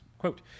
Quote